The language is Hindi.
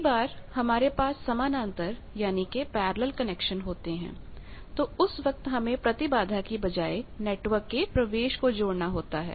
कई बार हमारे पास समानांतर यानी के पैरेलल कनेक्शन होते हैं तो उस वक्त हमें प्रतिबाधा की बजाए नेटवर्क के प्रवेशadmittanceएडमिटन्स को जोड़ना होता है